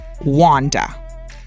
Wanda